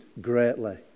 greatly